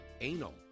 Anal